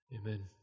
Amen